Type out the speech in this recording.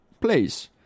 please